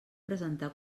presentar